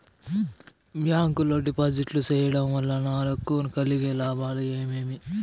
Bank లో డిపాజిట్లు సేయడం వల్ల నాకు కలిగే లాభాలు ఏమేమి?